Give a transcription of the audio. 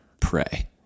Pray